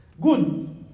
Good